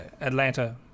Atlanta